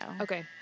Okay